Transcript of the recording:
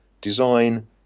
design